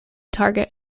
target